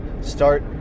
Start